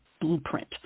blueprint